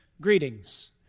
greetings